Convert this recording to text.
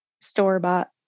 store-bought